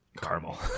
caramel